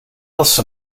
else